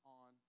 on